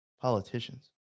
Politicians